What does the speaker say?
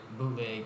bootleg